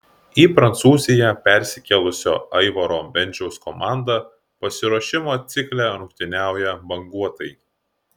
į prancūziją persikėlusio aivaro bendžiaus komanda pasiruošimo cikle rungtyniauja banguotai